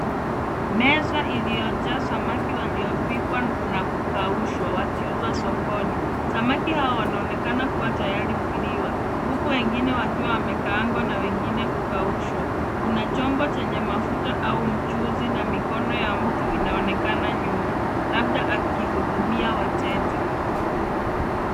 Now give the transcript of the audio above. Meza iliyojaaa samaki walio pikwa na kukaushwa wakiuzwa sokoni . Samaki hao wanaonekana kuwa tayari kuliwa huku wengine wakiwa wamekaangwa na wengine kukaushwa. Kuna chombo chenye mafuta au mchuuzi na mikono ya mtu inaonekana nyuma labda akihudumia wateja.